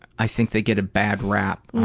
i think they get a bad rap,